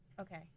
Okay